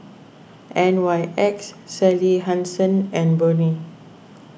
N Y X Sally Hansen and Burnie